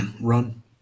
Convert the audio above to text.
Run